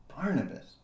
Barnabas